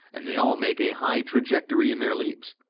and they all make a high trajectory in their leaps.